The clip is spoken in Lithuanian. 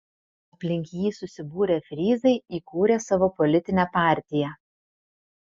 aplink jį susibūrę fryzai įkūrė savo politinę partiją